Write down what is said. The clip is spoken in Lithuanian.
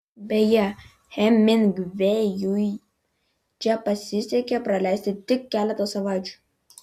beje hemingvėjui čia pasisekė praleisti tik keletą savaičių